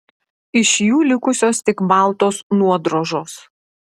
iš jų likusios tik baltos nuodrožos